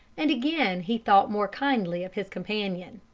and again he thought more kindly of his companion.